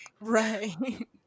Right